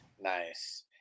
Nice